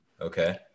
okay